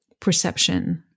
perception